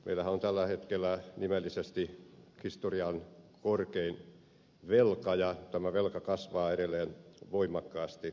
meillähän on tällä hetkellä nimellisesti historian korkein velka ja tämä velka kasvaa edelleen voimakkaasti